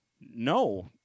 No